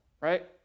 right